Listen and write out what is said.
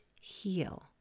heal